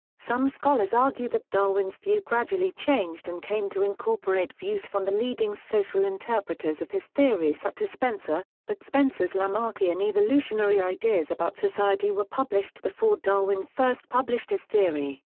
some scholars argue that darwin's view gradually changed and came to incorporate views from the leading social interpreters of his theory such as spencer, but spencer's lamarckian evolutionary ideas about society were published before darwin first published his theory,